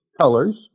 colors